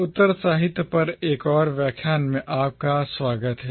उत्तर साहित्य पर एक और व्याख्यान में आपका स्वागत है